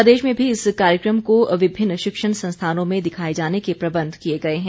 प्रदेश में भी इस कार्यक्रम को विभिन्न शिक्षण संस्थानों में दिखाए जाने के प्रबंध किए गए हैं